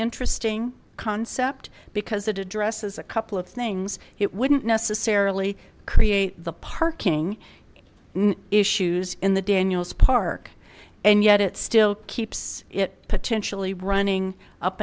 interesting concept because it addresses a couple of things it wouldn't necessarily create the parking issues in the daniels park and yet it still keeps it potentially running up